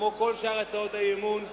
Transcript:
כמו כל שאר הצעות האי-אמון,